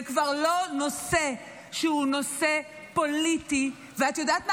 זה כבר לא נושא פוליטי, ואת יודעת מה?